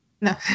no